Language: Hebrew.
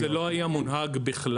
זה לא היה מונהג בכלל.